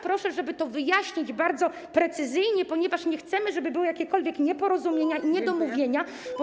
Proszę, żeby to wyjaśnić bardzo precyzyjnie, ponieważ nie chcemy, żeby były jakiekolwiek nieporozumienia, niedomówienia.